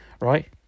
Right